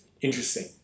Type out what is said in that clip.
Interesting